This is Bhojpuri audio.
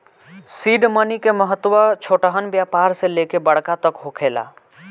सीड मनी के महत्व छोटहन व्यापार से लेके बड़का तक होखेला